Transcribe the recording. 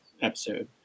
episode